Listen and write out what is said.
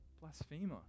blasphemer